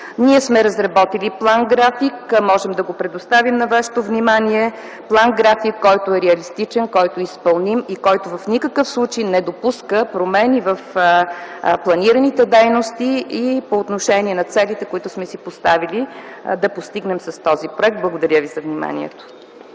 Ние сме разработили план-график. Можем да го предоставим на вашето внимание. План-график, който е реалистичен, който е изпълним, и който в никакъв случай не допуска промени в планираните дейности – и по отношение на целите, които сме си поставили да постигнем с този проект. Благодаря за вниманието.